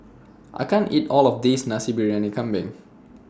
I can't eat All of This Nasi Briyani Kambing